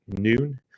noon